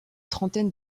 trentaine